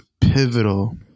pivotal